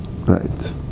Right